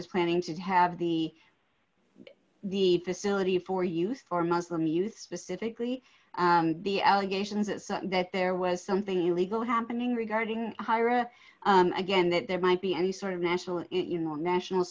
was planning to have the the facility for use for muslim youth specifically the allegations is that there was something illegal happening regarding hyra again that there might be any sort of national you know national